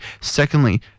Secondly